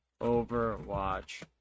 Overwatch